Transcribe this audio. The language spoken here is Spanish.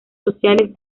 sociales